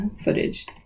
footage